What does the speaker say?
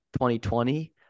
2020